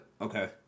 okay